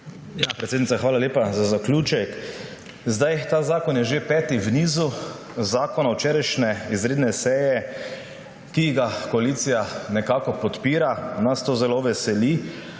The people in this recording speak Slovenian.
Predsednica, hvala lepa. Za zaključek. Ta zakon je že peti v nizu zakonov včerajšnje izredne seje, ki ga koalicija nekako podpira. Nas zelo veseli,